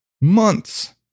months